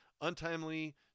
untimely